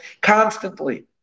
constantly